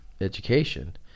education